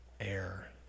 air